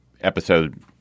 episode